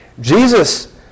Jesus